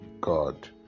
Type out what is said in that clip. God